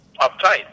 uptight